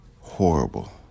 horrible